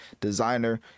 designer